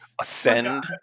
ascend